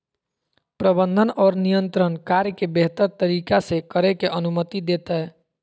प्रबंधन और नियंत्रण कार्य के बेहतर तरीका से करे के अनुमति देतय